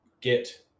get